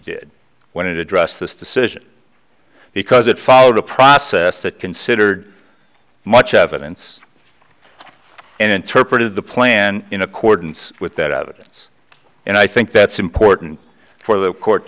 did when it addressed this decision because it followed a process that considered much evidence and interpreted the plan in accordance with that outputs and i think that's important for the court